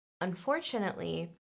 unfortunately